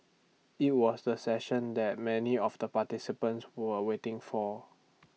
IT was the session that many of the participants were waiting for